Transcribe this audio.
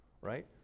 right